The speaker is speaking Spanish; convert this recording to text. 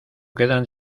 quedan